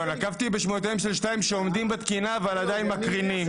נקבתי בשמותיהן של שתיים שעומדות בתקינה אבל עדיין מקרינות.